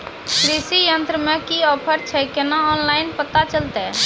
कृषि यंत्र मे की ऑफर छै केना ऑनलाइन पता चलतै?